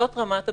זאת רמת הבסיס.